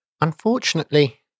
Unfortunately